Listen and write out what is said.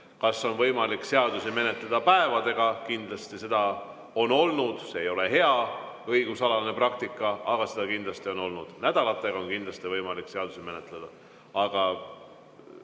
Kas on võimalik seadusi menetleda päevadega? Kindlasti seda on olnud. See ei ole hea õigusalane praktika, aga kindlasti on olnud. Nädalatega on kindlasti võimalik seadusi menetleda. Jah,